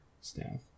staff